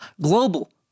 global